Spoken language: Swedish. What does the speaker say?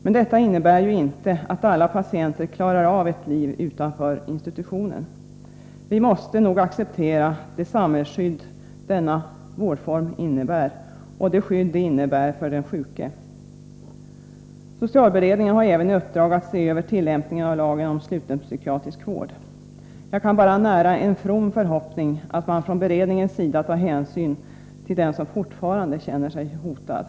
Men detta innebär inte att alla patienter klarar av ett liv utanför institutionen. Vi måste acceptera det samhällsskydd — och det skydd för den sjuke — som denna vårdform innebär. Socialberedningen har även i uppdrag att se över tillämpningen av lagen om sluten psykiatrisk vård. Jag kan bara nära en from förhoppning att man från beredningens sida tar hänsyn till den som fortfarande känner sig hotad.